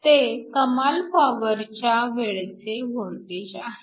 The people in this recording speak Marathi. ते कमाल पॉवरच्या वेळचे वोल्टेज आहे